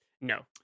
no